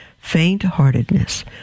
faint-heartedness